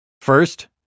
First